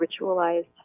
ritualized